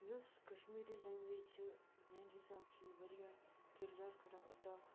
یُس کشمیٖری لٮ۪نٛگویج چھِ میٛانہِ حِساب چھِ یہِ واریاہ کِردار کَران عطا